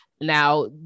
now